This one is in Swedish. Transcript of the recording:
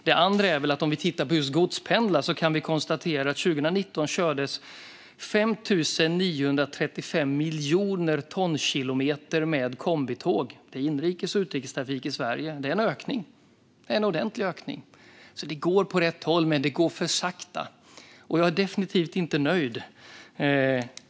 Det andra är att om vi tittar på just godspendlar kördes 5 935 miljoner tonkilometer med kombitåg i inrikes och utrikestrafik i Sverige år 2019. Det är en ordentlig ökning. Det går åt rätt håll, men det går för sakta. Jag är definitivt inte nöjd.